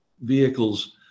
vehicles